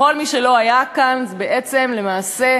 לכל מי שלא היה כאן, זה בעצם, למעשה,